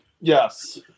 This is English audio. yes